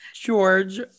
George